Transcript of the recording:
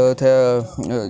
उत्थै